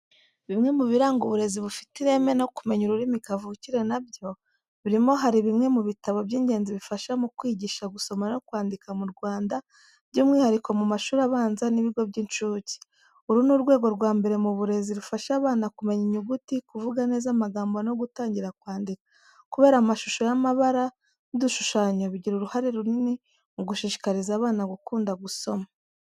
Bimwe mu biranga uburezi bufite ireme, no kumenya ururimi kavukire nabyo birimo. Hari bimwe mu bitabo by’ingenzi bifasha mu kwigisha gusoma no kwandika mu Rwanda, by'umwihariko mu mashuri abanza n’ibigo by’incuke. Uru ni urwego rwa mbere mu burezi, rufasha abana kumenya inyuguti, kuvuga neza amagambo no gutangira kwandika. Kubera amashusho y’amabara n’udushushanyo, bigira uruhare runini mu gushishikariza abana gukunda gusoma.